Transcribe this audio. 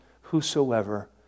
whosoever